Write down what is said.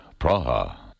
Praha